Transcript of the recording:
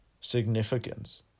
significance